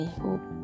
hope